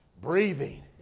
breathing